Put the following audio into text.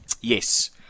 Yes